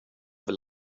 vill